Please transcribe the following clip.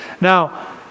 Now